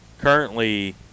currently